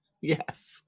Yes